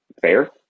fair